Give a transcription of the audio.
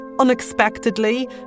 unexpectedly